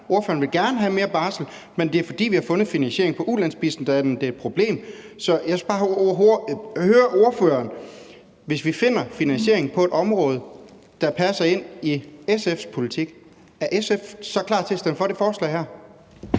Ordføreren vil gerne have mere barsel, men det er, fordi vi har fundet finansieringen på ulandsbistanden, at det er et problem. Så jeg skal bare høre ordføreren: Hvis vi finder finansiering på et område, der passer ind i SF's politik, er SF så klar til at stemme for det forslag her?